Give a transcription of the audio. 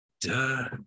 Duh